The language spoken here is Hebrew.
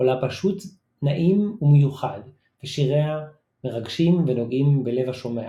קולה פשוט נעים ומיוחד ושיריה מרגשים ונוגעים בלב השומע.